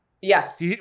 Yes